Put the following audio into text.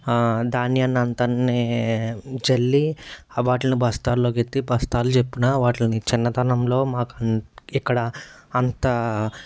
ధాన్యాన్ని అంతన్నీ జల్లి వాటిలిని బస్తాల్లోకి ఎత్తి బస్తాలు చెప్పినా వాటిని చిన్నతనంలో మాకు ఇక్కడ అంత